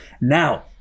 Now